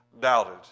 doubted